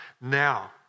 Now